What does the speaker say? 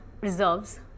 reserves